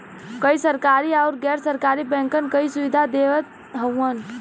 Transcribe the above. कई सरकरी आउर गैर सरकारी बैंकन कई सुविधा देवत हउवन